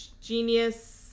Genius